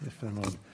איפה ההישגים המדיניים